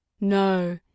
No